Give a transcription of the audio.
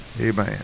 Amen